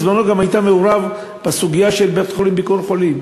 בזמנך גם היית מעורב בסוגיה של בית-חולים "ביקור חולים".